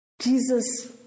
Jesus